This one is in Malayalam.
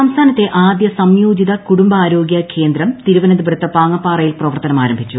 ശൈലജ സംസ്ഥാനത്തെ ആദ്യ സംയോജിത കുടുംബാരോഗൃ കേന്ദ്രം തിരുവനന്തപുരത്ത് പാങ്ങപ്പാറയിൽ പ്രവർത്തനമാരംഭിച്ചു